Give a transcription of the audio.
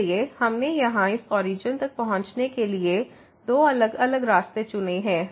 इसलिए हमने यहां इस ओरिजन तक पहुंचने के लिए दो अलग अलग रास्ते चुने हैं